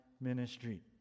ministry